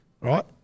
right